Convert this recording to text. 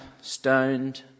stoned